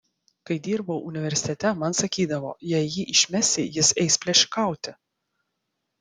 kai dirbau universitete man sakydavo jei jį išmesi jis eis plėšikauti